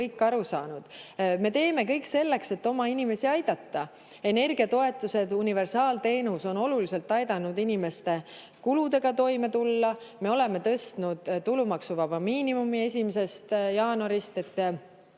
Me teeme kõik selleks, et oma inimesi aidata. Energiatoetused ja universaalteenus on oluliselt aidanud inimestel kuludega toime tulla. Me oleme tõstnud tulumaksuvaba miinimumi 1. jaanuarist, et